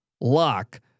lock